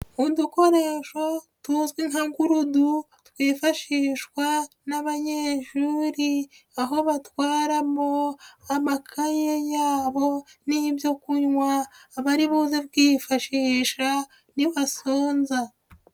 Udukoresho tuzwi nka gurudu, twifashishwa n'abanyeshuri, aho batwaramo amakaye yabo n'ibyo kunywa bari buze kwifashisha nibasonza.